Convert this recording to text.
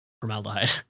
formaldehyde